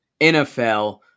NFL